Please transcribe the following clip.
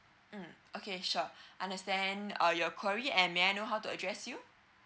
mm okay sure understand uh your query and may I know how to address you